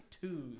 twos